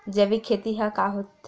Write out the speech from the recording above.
जैविक खेती ह का होथे?